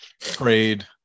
Trade